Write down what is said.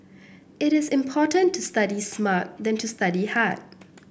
it is more important to study smart than to study hard